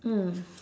mm